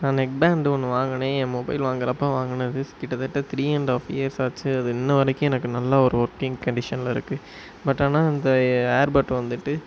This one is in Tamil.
நான் நெக் பேண்ட் ஒன்று வாங்கினேன் என் மொபைல் வாங்குகிறப்ப வாங்கினது கிட்டத்தட்ட த்ரீ அண்ட் ஆஃப் இயர்ஸ் ஆச்சு அது இன்னவரைக்கும் எனக்கு நல்ல ஒரு ஒர்க்கிங் கண்டிஷனில் இருக்கு பட் ஆனால் அந்த ஏர்பட் வந்துவிட்டு